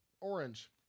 Orange